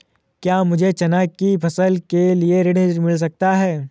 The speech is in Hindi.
क्या मुझे चना की फसल के लिए ऋण मिल सकता है?